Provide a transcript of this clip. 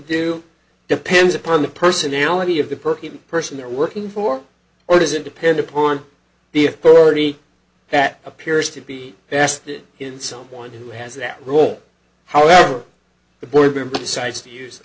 do depends upon the personality of the perky person they're working for or does it depend upon the authority that appears to be vested in someone who has that role however the board member decides to